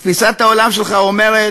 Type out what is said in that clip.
תפיסת העולם שלך אומרת: